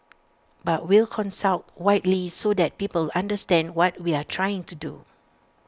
but we'll consult widely so that people understand what we're trying to do